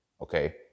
okay